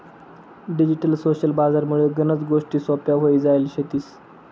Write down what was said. digital social बजार मुळे गनच गोष्टी सोप्प्या व्हई जायल शेतीस